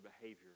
behavior